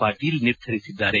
ಪಾಟೀಲ್ ನಿರ್ಧರಿಸಿದ್ದಾರೆ